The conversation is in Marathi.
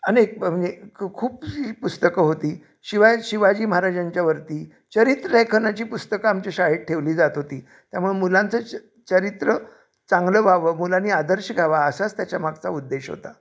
अनेक ब म्हणजे खू खूपशी पुस्तकं होती शिवाय शिवाजी महाराजांच्यावरती चरित्र लेखनाची पुस्तकं आमची शाळेत ठेवली जात होती त्यामुळे मुलांचं चरित्र चांगलं व्हावं मुलांनी आदर्श घावा असाच त्याच्यामागचा उद्देश होता